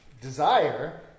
desire